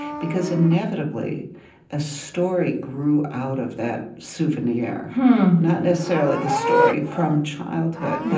because inevitably a story grew out of that souvenir not necessarily the story from childhood, but